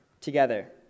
together